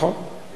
זה נכון.